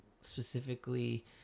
specifically